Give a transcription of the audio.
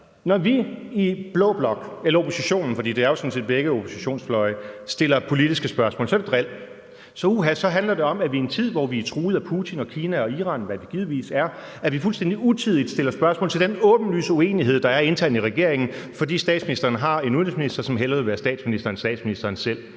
når vi i blå blok eller i oppositionen, for det er jo begge oppositionsfløjene, stiller kritiske spørgsmål, så er det drilleri; uha, så handler det om, at vi i en tid, hvor vi er truet af Putin og Kina og Iran, hvad vi givetvis er, fuldstændig utidigt stiller spørgsmål til den åbenlyse uenighed, der er internt i regeringen, fordi statsministeren har en udenrigsminister, som hellere selv vil være statsminister i stedet